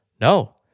no